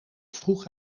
vroeg